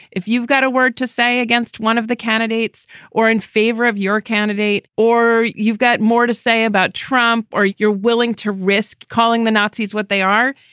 if you've got a word to say against one of the candidates or in favor of your candidate, or you've got more to say about trump or you're willing to risk calling the nazis what they are.